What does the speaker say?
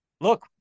Look